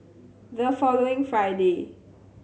the following Friday